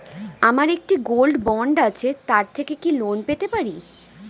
আমার একটি gold bond আছে তার থেকে কি লোন পেতে পারি?